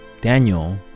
Daniel